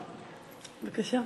בבקשה.